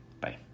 Bye